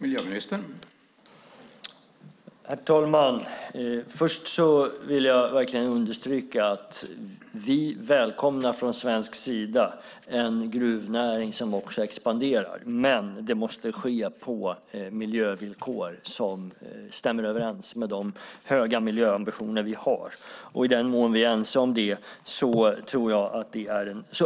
Herr talman! Först vill jag verkligen understryka att vi från svensk sida välkomnar en gruvnäring som också expanderar, men det måste ske på miljövillkor som stämmer överens med de höga miljöambitioner vi har. I den mån vi är ense om det